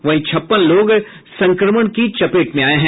वहीं छप्पन लोग संक्रमण की चपेट में आये हैं